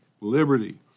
liberty